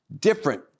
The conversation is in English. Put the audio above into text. different